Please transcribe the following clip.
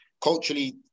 Culturally